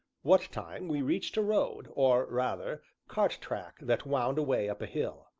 what time we reached a road, or rather cart-track that wound away up a hill.